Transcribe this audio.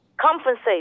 Compensate